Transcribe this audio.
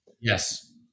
Yes